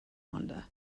rwanda